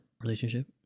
relationship